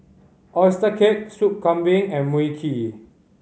oyster cake Sup Kambing and Mui Kee